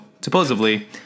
supposedly